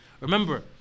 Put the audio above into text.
remember